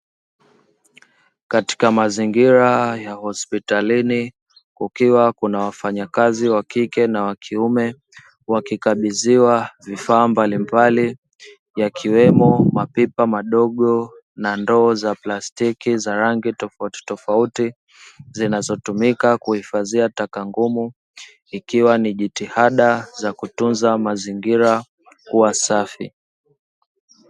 Katika mazingira ya hospitalini, kukiwa kuna wafanyakazi wa kike na wa kiume wakikabidhiwa vifaa mbalimbali yakiwemo mapipa, madogo, na ndoo za plastiki za rangi tofauti tofauti zinazotumika kuhifadhia taka ngumu ikiwa ni jitihada za kutunza mazingira kuwa safi.